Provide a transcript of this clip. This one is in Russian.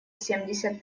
семьдесят